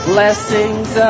Blessings